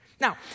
Now